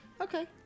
Okay